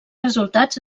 resultats